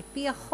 על פי החוק,